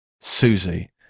Susie